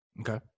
Okay